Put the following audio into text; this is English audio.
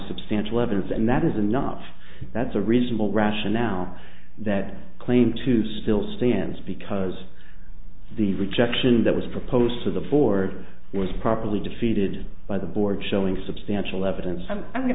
substantial evidence and that is enough that's a reasonable rationale that claim to still stands because the rejection that was proposed to the ford was properly defeated by the board showing substantial evidence i'm going